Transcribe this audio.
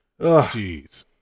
Jeez